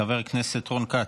חבר הכנסת רון כץ.